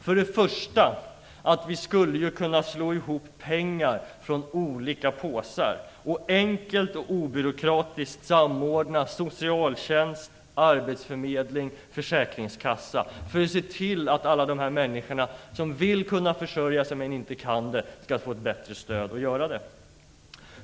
För det första skulle vi kunna slå ihop pengar från olika påsar och enkelt och obyråkratiskt samordna socialtjänst, arbetsförmedling och försäkringskassa för att se till att alla de människor som vill kunna försörja sig men inte kan det skall få ett bättre stöd att göra det.